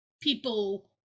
people